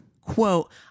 quote